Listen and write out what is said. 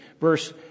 verse